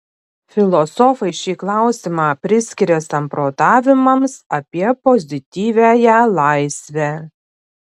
filosofai šį klausimą priskiria samprotavimams apie pozityviąją laisvę